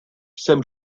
jsem